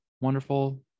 wonderful